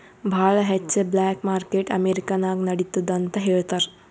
ಭಾಳ ಹೆಚ್ಚ black market America ನಾಗ್ ನಡಿತ್ತುದ್ ಅಂತ್ ಹೇಳ್ತಾರ್